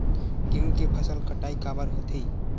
गेहूं के फसल कटाई काबर होथे?